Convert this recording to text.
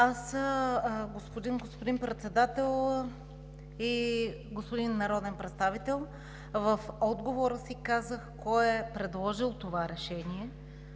Господин Председател, господин народен представител! В отговора си казах кой е предложил това решение